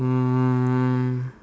um